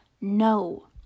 No